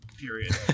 period